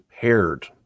paired